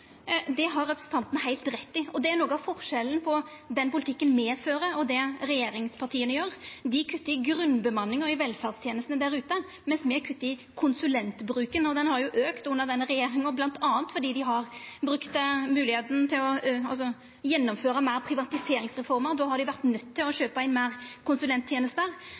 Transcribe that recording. Det har representanten heilt rett i, og det er noko av forskjellen på den politikken me fører, og det regjeringspartia gjer. Dei kuttar i grunnbemanninga i velferdstenestene der ute, mens me kuttar i konsulentbruken, og han har auka under denne regjeringa, bl.a. fordi dei har brukt moglegheita til å gjennomføra fleire privatiseringsreformar, og då har dei vore nøydde til å kjøpa inn fleire konsulenttenester. Eg er mykje meir